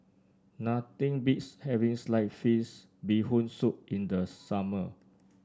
nothing beats having Sliced Fish Bee Hoon Soup in the summer